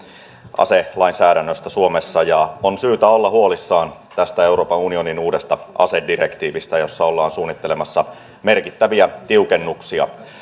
aselainsäädännöstä suomessa on syytä olla huolissaan tästä euroopan unionin uudesta asedirektiivistä jossa ollaan suunnittelemassa merkittäviä tiukennuksia